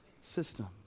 system